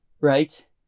right